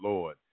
Lord